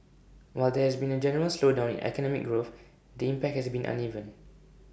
while there has been A general slowdown in economic growth the impact has been uneven